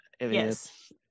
yes